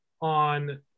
on